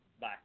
Bye